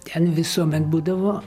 ten visuomet būdavo